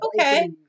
okay